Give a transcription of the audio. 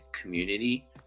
community